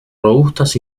robustas